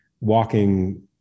walking